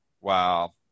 Wow